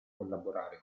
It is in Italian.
collaborare